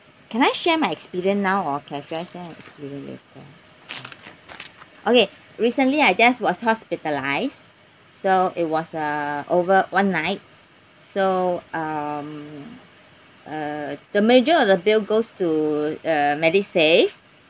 can I share my experience now or can I share my experience later okay recently I just was hospitalised so it was uh over one night so um uh the major of the bill goes to uh medisave